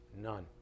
none